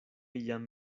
jam